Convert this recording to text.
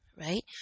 right